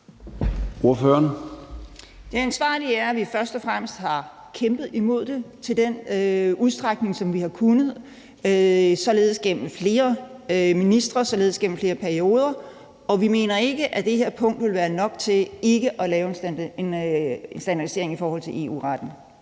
Det ansvarlige er, at vi først og fremmest har kæmpet imod det i den udstrækning, som vi har kunnet – således gennem flere ministre, således gennem flere perioder – og vi mener ikke, at det her punkt vil være nok til ikke at lave en standardisering i forhold til EU-retten.